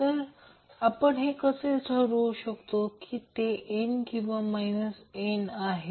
तर आपण कसे ठरवू शकतो की ते n किंवा n आहे